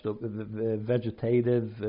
vegetative